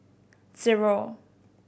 zero